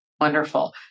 Wonderful